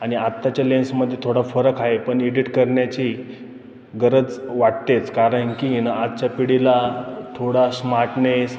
आणि आत्ताच्या लेन्समध्ये थोडा फरक आहे पण एडिट करण्याची गरज वाटतेच कारण की आणि आजच्या पिढीला थोडा स्मार्टनेस